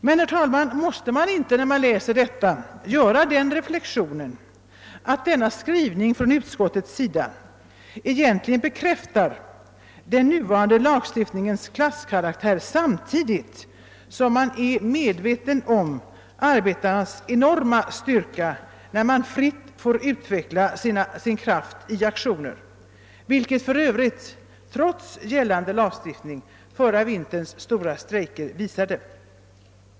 Men, herr talman, måste man inte när man läser detta göra den reflexionen, att denna skrivning från utskottet egentligen bekräftar den nuvarande lagstiftningens klasskaraktär, samtidigt som man är medveten om arbetarnas enorma styrka när de fritt får utveckla sin kraft i aktioner — vilket för övrigt, trots gällande lagstiftning, förra vinterns stora strejker visade?